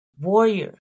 warrior